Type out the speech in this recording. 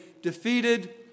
Defeated